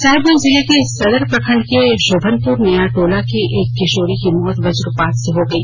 साहिबगंज जिले के सदर प्रखंड के शोभनपुर नया टोला की एक किशोरी की मौत वज्रपात से हो गई